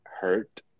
hurt